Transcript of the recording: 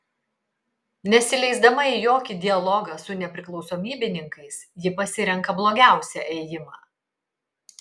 nesileisdama į jokį dialogą su nepriklausomybininkais ji pasirenka blogiausią ėjimą